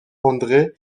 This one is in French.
andré